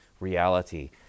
reality